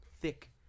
thick